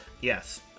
Yes